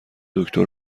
دکتر